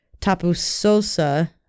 Tapusosa